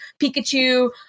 Pikachu